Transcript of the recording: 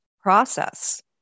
process